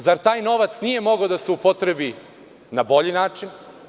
Zar taj novac nije mogao da se upotrebi na bolji način?